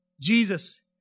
Jesus